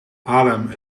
haarlem